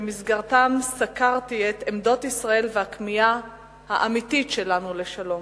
במסגרתן סקרתי את עמדות ישראל ואת הכמיהה האמיתית שלנו לשלום.